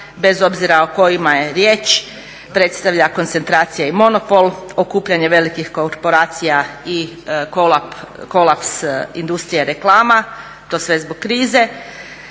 bez obzira o kojima je riječ, predstavlja koncentracija i monopol, okupljanje velikih korporacija i kolaps industrije reklama, to sve zbog krize,